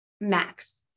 max